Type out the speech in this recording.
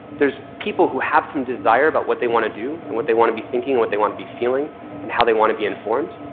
there's people who have some desire about what they want to do and what they want to be thinking and what they want to be feeling and how they want to be informed,